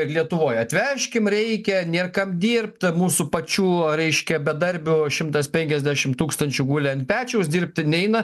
ir lietuvoj atvežkim reikia nėr kam dirbt mūsų pačių reiškia bedarbių šimtas penkisdešim tūkstančių guli ant pečiaus dirbti neina